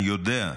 אני יודע,